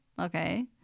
okay